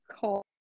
call